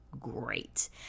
great